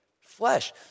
flesh